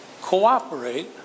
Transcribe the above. cooperate